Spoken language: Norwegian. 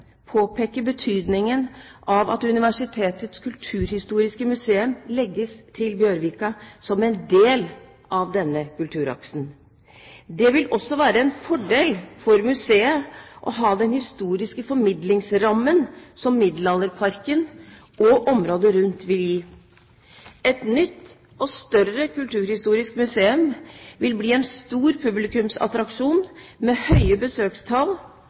betydningen av at Kulturhistorisk museum legges til Bjørvika, som en del av denne kulturaksen. Det vil også være en fordel for museet å ha den historiske formidlingsrammen som Middelalderparken og området rundt vil gi. Et nytt og større kulturhistorisk museum vil bli en stor publikumsattraksjon, med høye besøkstall,